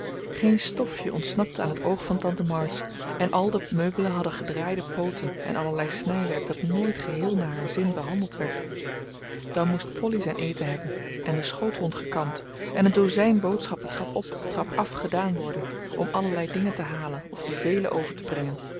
geen stofje ontsnapte aan het oog van tante march en al de meubelen hadden gedraaide pooten en allerlei snijwerk dat nooit geheel naar haar zin behandeld werd dan moest polly zijn eten hebben en de schoothond gekamd en een dozijn boodschappen trap op trap af gedaan worden om allerlei dingen te halen of bevelen over te brengen